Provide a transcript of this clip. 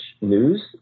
news